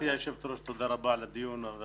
גברתי היושבת ראש, תודה רבה על הדיון החשוב.